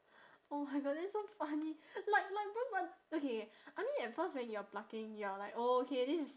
oh my god that's so funny like like but okay I mean at first when you're plucking you're like oh okay this is